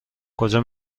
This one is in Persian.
کجا